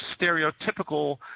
stereotypical